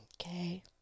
Okay